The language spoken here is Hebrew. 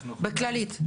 ב"כללית".